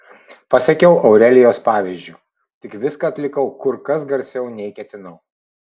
pasekiau aurelijos pavyzdžiu tik viską atlikau kur kas garsiau nei ketinau